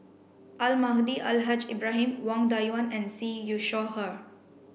Almahdi Al Haj Ibrahim Wang Dayuan and Siew You Shaw Her